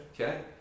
Okay